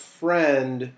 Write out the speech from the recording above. friend